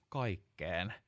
kaikkeen